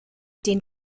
den